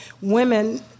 women